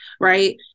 right